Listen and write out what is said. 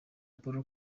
paul